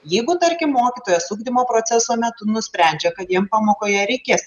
jeigu tarkim mokytojas ugdymo proceso metu nusprendžia kad jiem pamokoje reikės